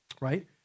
right